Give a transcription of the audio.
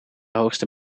hoogste